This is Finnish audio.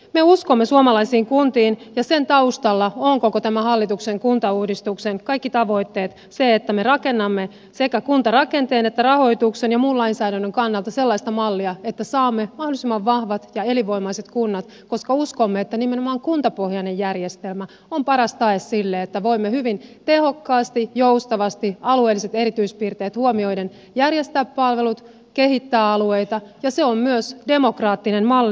me uskomme suomalaisiin kuntiin ja sen taustalla ovat koko tämän hallituksen kuntauudistuksen kaikki tavoitteet se että me rakennamme sekä kuntarakenteen että rahoituksen ja muun lainsäädännön kannalta sellaista mallia että saamme mahdollisimman vahvat ja elinvoimaiset kunnat koska uskomme että nimenomaan kuntapohjainen järjestelmä on paras tae sille että voimme hyvin tehokkaasti joustavasti alueelliset erityispiirteet huomioiden järjestää palvelut kehittää alueita ja se on myös demokraattinen malli